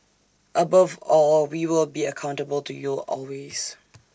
above all we will be accountable to you always